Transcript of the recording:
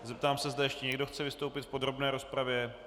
Zeptám se, zda ještě někdo chce vystoupit v podrobné rozpravě.